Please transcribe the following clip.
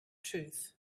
truth